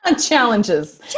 Challenges